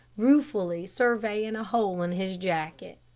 ruefully surveying a hole in his jacket.